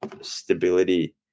stability